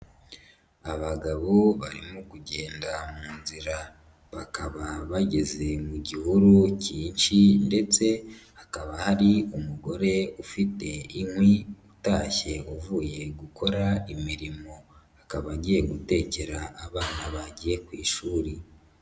Abagabo barimo kugenda mu nzira. Bakaba bageze mu gihuru cyinshi ndetse hakaba hari umugore ufite inkwi, utashye uvuye gukora imirimo. Akaba agiye gutekera abana bagiye ku ishuri.